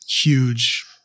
huge